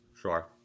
Sure